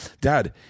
dad